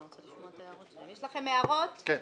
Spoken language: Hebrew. לצערי,